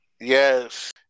Yes